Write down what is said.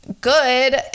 good